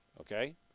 okay